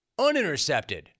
unintercepted